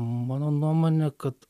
mano nuomone kad